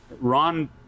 Ron